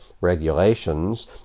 regulations